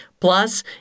Plus